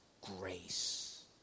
grace